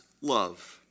love